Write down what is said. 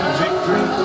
victory